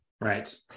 Right